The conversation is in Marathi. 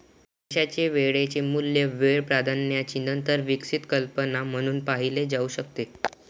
पैशाचे वेळेचे मूल्य वेळ प्राधान्याची नंतर विकसित संकल्पना म्हणून पाहिले जाऊ शकते